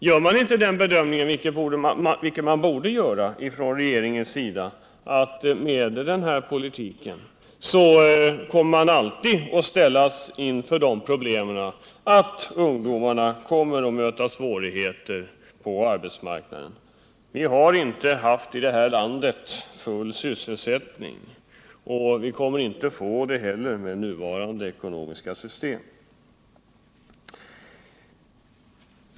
Gör man inte den bedömningen, vilket man från regeringens sida borde göra, att man med den här politiken alltid kommer att ställas inför problemet att ungdomarna möter svårigheter på arbetsmarknaden? I det här landet har vi inte haft full sysselsättning och vi kommer inte heller att få det med nuvarande ekonomiska system.